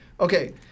Okay